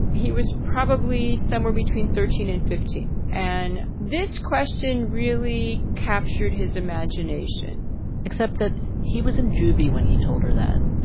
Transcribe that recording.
he was probably somewhere between thirteen and fifteen. and this question really captured his imagination except that he was in juvie when he told her that.